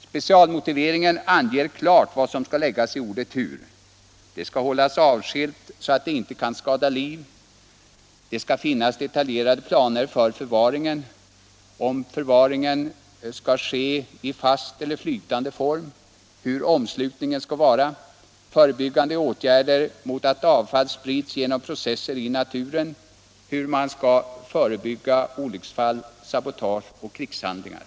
Specialmotiveringen anger klart vad som skall läggas i ordet ”hur” — det skall hållas avskilt så att det inte kan skada liv, det skall finnas detaljerade planer för förvaringen, om avfallet skall förvaras i fast eller flytande form, hur in slutningen skall vara utformad, förebyggande åtgärder mot att avfallet — Nr 107 sprids genom processer i naturen, hur man skall förebygga olycksfall, Torsdagen den sabotage och krigshandlingar.